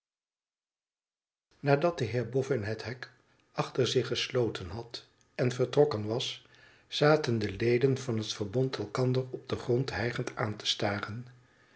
nadat de heer boffin het hek achter zich gesloten had en vertrokken was zaten de leden van het verbond elkander op den grond hijgend aan te staren